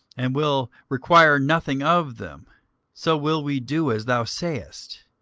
and will require nothing of them so will we do as thou sayest.